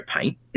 Paint